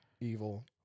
evil